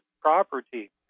property